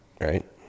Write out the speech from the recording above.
Right